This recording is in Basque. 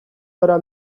gara